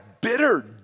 bitter